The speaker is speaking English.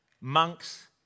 monks